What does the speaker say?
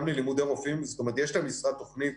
גם ללימודי רופאים, זאת אומרת יש למשרד תוכנית